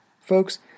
Folks